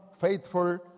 faithful